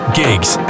gigs